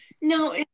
No